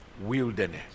wilderness